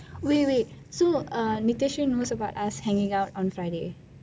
wait wait so nityashree knows about us hanging out on friday